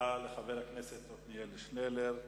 תודה לחבר הכנסת עתניאל שנלר,